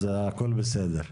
הכול בסדר.